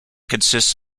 consists